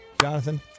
jonathan